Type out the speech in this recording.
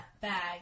bag